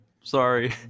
sorry